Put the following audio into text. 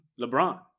LeBron